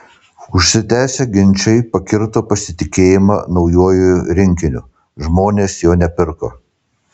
užsitęsę ginčai pakirto pasitikėjimą naujuoju rinkiniu žmonės jo nepirko